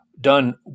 done